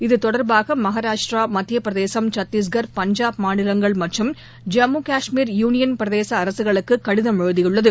இது தொடர்பாக மகாராஷ்டிரா மத்திய பிரதேசம் சத்தீஷ்கர் பஞ்சாப் மாநிலங்கள் மற்றும் ஜம்மு காஷ்மீர் யூனியன் பிரதேச அரசுகளுக்கு கடிதம் எழுதியுள்ளது